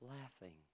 laughing